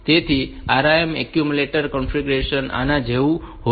તેથી RIM accumulator configuration આના જેવું હોય છે